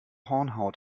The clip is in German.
hornhaut